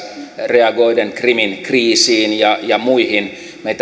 reagoiden krimin kriisiin ja ja muihin eurooppaa